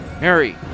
Mary